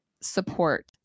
support